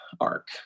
arc